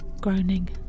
groaning